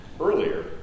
Earlier